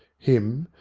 him,